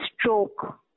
stroke